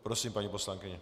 Prosím, paní poslankyně.